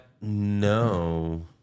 No